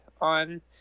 on